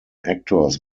actors